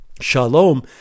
Shalom